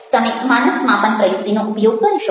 તમે માનસ માપન પ્રયુક્તિનો ઉપયોગ કરી શકો